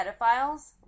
pedophiles